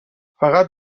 فقط